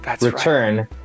return